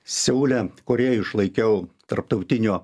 seule korėjoj išlaikiau tarptautinio